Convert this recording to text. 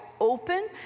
open